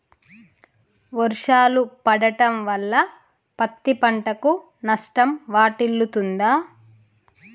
వర్షాలు పడటం వల్ల పత్తి పంటకు నష్టం వాటిల్లుతదా?